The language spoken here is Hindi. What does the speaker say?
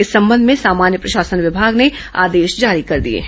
इस संबंध में सामान्य प्रशासन विभाग ने आदेश जारी कर दिए हैं